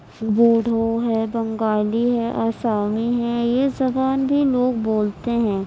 بوڈو ہے بنگالی ہے آسامی ہیں یہ زبان بھی لوگ بولتے ہیں